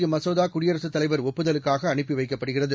இம்மசோதா குடியரசுத் தலைவர் ஒப்புதலுக்காக அனுப்பி வைக்கப்படுகிறது